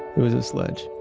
it was his sled